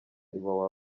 iwawa